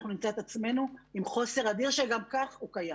אנחנו נמצא את עצמנו עם חוסר אדיר שגם ככה הוא קיים.